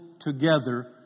together